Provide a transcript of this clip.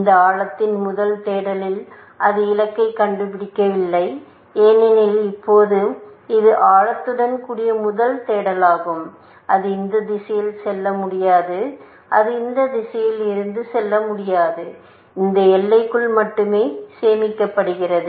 இந்த ஆழத்தின் முதல் தேடலில் அது இலக்கைக் கண்டுபிடிக்கவில்லை எனில் இப்போது இது ஆழத்துடன் கூடிய முதல் தேடலாகும் அது இந்த திசையில் செல்ல முடியாது அது இந்த திசையில் இருந்து செல்ல முடியாது இந்த எல்லைக்குள் மட்டுமே சேமிக்கப்படுகிறது